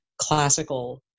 classical